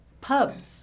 pubs